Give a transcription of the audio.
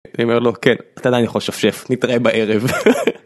אני אומר לו כן אתה עדיין יכול לשפשף נתראה בערב.